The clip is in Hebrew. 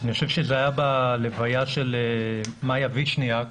אני חוש שזה היה בהלוויה של מאיה וישניאק